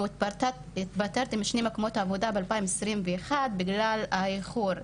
התפטרתי משני מקומות עבודה ב-2021 בגלל האיחור,